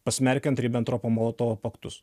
pasmerkiant ribentropo molotovo paktus